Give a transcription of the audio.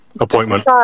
appointment